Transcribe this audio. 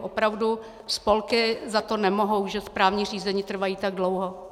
Opravdu spolky za to nemohou, že správní řízení trvají tak dlouho.